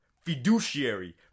fiduciary